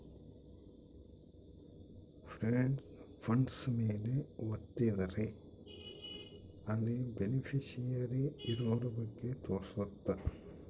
funds ಮೇಲೆ ವತ್ತಿದ್ರೆ ಅಲ್ಲಿ ಬೆನಿಫಿಶಿಯರಿ ಇರೋರ ಬಗ್ಗೆ ತೋರ್ಸುತ್ತ